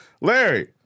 Larry